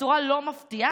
בצורה לא מפתיעה,